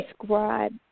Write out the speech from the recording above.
describe